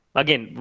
again